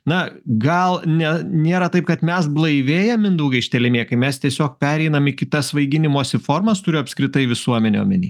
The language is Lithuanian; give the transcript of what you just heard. na gal ne nėra taip kad mes blaivėjam mindaugai štelemėkai mes tiesiog pereinam į kitas svaiginimosi formas turiu apskritai visuomenę omeny